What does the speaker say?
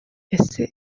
ese